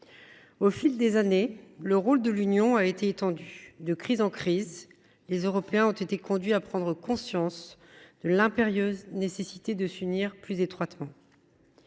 Au fil des années, le rôle de l’Union européenne a été étendu. De crise en crise, les Européens ont été conduits à prendre conscience de l’impérieuse nécessité de s’unir plus étroitement.